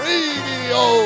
Radio